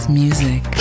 music